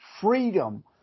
freedom